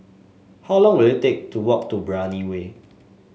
how long will it take to walk to Brani Way